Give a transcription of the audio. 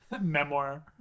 Memoir